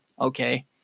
okay